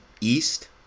east